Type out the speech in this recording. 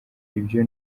ibyo